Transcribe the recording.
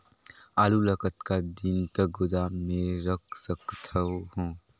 आलू ल कतका दिन तक गोदाम मे रख सकथ हों?